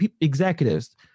executives